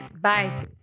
Bye